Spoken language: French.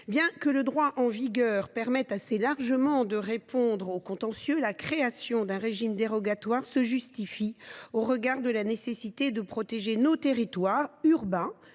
Bien que le droit en vigueur permette assez largement de répondre aux contentieux, la création d’un régime dérogatoire se justifie au regard de la nécessité de protéger nos territoires ruraux